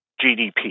GDP